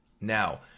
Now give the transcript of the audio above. Now